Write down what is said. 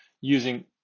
using